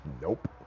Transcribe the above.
Nope